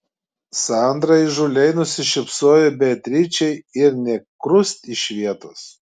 sandra įžūliai nusišypsojo beatričei ir nė krust iš vietos